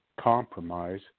compromise